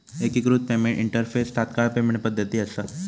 एकिकृत payment interface तात्काळ payment पद्धती असा